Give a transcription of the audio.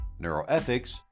neuroethics